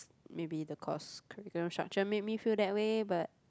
maybe the course curriculum structure make me feel that way but